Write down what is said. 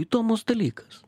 įdomus dalykas